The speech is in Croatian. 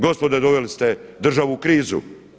Gospodo doveli ste državu u krizu!